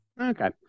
Okay